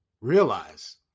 realize